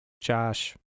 Josh